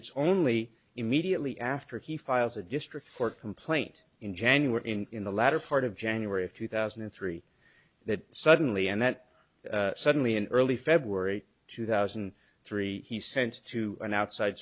it's only immediately after he files a district court complaint in january in the latter part of january of two thousand and three that suddenly and that suddenly in early february two thousand and three he sent to an outside